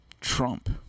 Trump